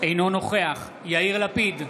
אינו נוכח יאיר לפיד,